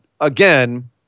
again